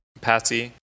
Patsy